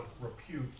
repute